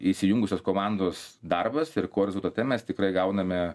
įsijungusios komandos darbas ir ko rezultate mes tikrai gauname